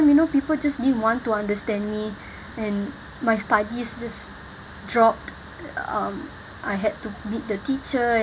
and you know people just didn't want to understand me and my studies just dropped um I had to meet the teacher